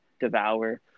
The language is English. devour